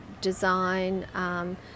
design